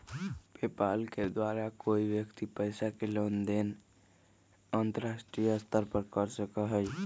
PayPal के द्वारा कोई व्यक्ति पैसा के लेन देन अंतर्राष्ट्रीय स्तर पर कर सका हई